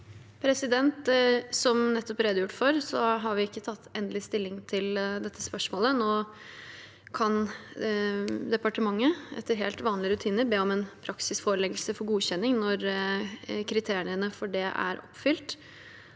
Som nettopp re- degjort for, har vi ikke tatt endelig stilling til dette spørsmålet. Nå kan departementet, etter helt vanlig rutine, be om en praksisforeleggelse for godkjenning når kriteriene for det er oppfylt.